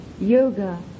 yoga